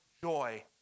joy